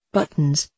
Buttons